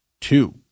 two